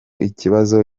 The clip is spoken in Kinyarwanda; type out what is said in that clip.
ikibazo